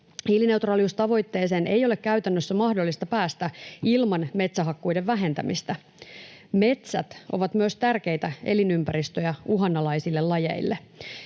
Hiilineutraaliustavoitteeseen ei ole käytännössä mahdollista päästä ilman metsähakkuiden vähentämistä. Metsät ovat myös tärkeitä elinympäristöjä uhanalaisille lajeille.